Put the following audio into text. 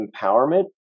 empowerment